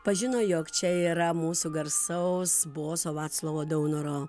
pažino jog čia yra mūsų garsaus boso vaclovo daunoro